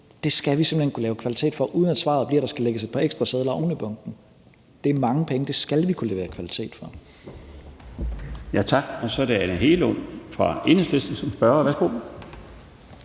Det skal vi simpelt hen kunne lave kvalitet for, uden at svaret bliver, at der skal lægges et par ekstra sedler oven i bunken. Det er mange penge. Det skal vi kunne levere kvalitet for. Kl. 14:32 Den fg. formand (Bjarne Laustsen): Tak. Så er det Anne Hegelund fra Enhedslisten som spørger. Værsgo.